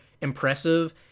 impressive